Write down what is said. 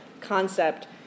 concept